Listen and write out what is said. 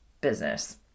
business